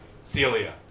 Celia